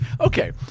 Okay